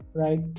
right